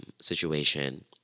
situation